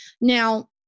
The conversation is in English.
Now